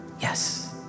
Yes